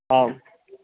आं